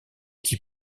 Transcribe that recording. qui